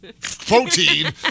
protein